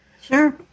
Sure